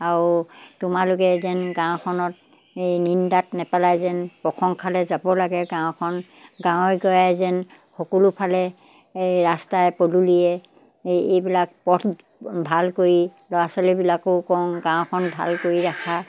আৰু তোমালোকে যেন গাঁওখনত এই নিন্দাত নেপেলাই যেন প্ৰশংসালৈ যাব লাগে গাঁওখন গাঁৱৰ গঞাই যেন সকলোফালে এই ৰাস্তাই পদূলিয়ে এই এইবিলাক পথ ভাল কৰি ল'ৰা ছোৱালীবিলাককো কওঁ গাঁওখন ভাল কৰি ৰাখা